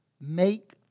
make